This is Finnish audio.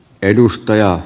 edustaja